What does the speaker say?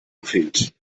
gefehlt